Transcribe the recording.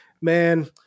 man